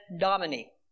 Domini